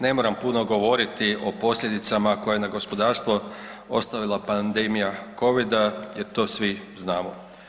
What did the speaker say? Ne moram puno govoriti o posljedicama koje je na gospodarstvo ostavila pandemija COVID-a jer to svi znamo.